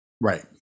right